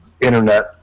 Internet